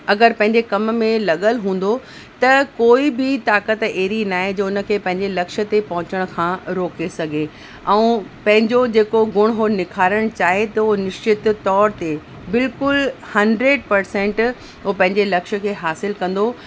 अगरि पंहिंजे कम में लॻियलु हूंदो त कोई बि ताक़त अहिड़ी न आहे जो उन खे पंहिंजे लक्ष्य ते पहुचण खां रोके सघे ऐं पंहिंजो जेको गुण हुओ निखारण चाहे थो निश्चित तौर ते बिल्कुलु हंड्रेड परसेंट हुओ पंहिंजे लक्ष्य खे हासिलु कंदो